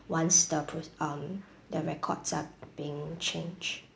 once the approv~ um the records are being changed